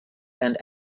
and